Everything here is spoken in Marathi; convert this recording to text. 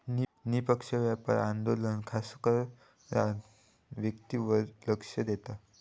निष्पक्ष व्यापार आंदोलन खासकरान वस्तूंवर लक्ष देता